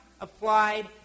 applied